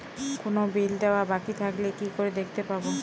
কোনো বিল দেওয়া বাকী থাকলে কি করে দেখতে পাবো?